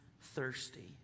thirsty